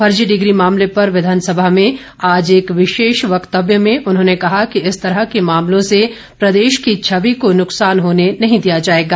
फर्जी डिग्री मामले पर विधानसभा में आज एक विशेष व्यक्तव्य में उन्होंने कहा कि इस तरह के मामलों से प्रदेश की छवि को नुकसान नहीं होने दिया जाएगा